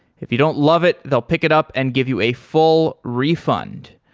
if you don't love it, they'll pick it up and give you a full refund.